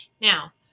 Now